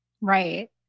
right